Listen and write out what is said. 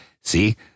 see